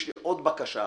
יש לי עוד בקשה אחת: